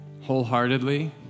wholeheartedly